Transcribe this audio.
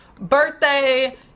birthday